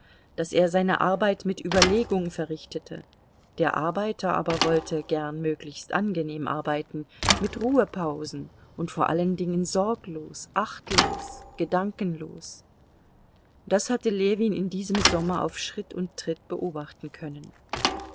daß er seine arbeit mit überlegung verrichtete der arbeiter aber wollte gern möglichst angenehm arbeiten mit ruhepausen und vor allen dingen sorglos achtlos gedankenlos das hatte ljewin in diesem sommer auf schritt und tritt beobachten können